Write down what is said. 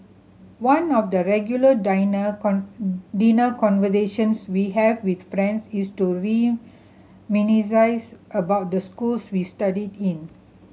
one of the regular dinner conversations we have with friends is to reminisce about the schools we studied in